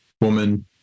woman